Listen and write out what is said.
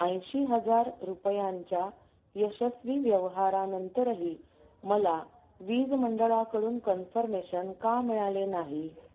ऐंशी हजार रुपयांच्या यशस्वी व्यवहारानंतरही मला वीज मंडळाकडून कन्फर्मेशन का मिळाले नाही